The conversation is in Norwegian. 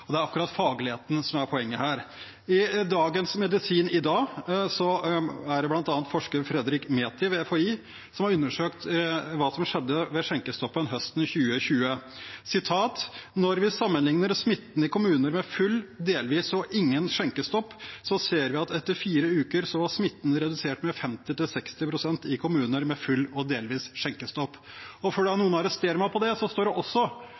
Det er akkurat fagligheten som er poenget her. I Dagens Medisin i dag står det om bl.a. forsker Fredrik Methi ved FHI, som har undersøkt hva som skjedde ved skjenkestoppen høsten 2020. Han sier: «Når vi sammenligner smitten i kommuner med full, delvis og ingen skjenkestopp, så ser vi at etter fire uker så var smitten redusert med 50–60 prosent i kommuner med full og delvis skjenkestopp.» Før noen arresterer meg på det, står det også